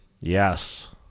Yes